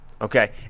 Okay